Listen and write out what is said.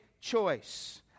choice